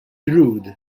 rude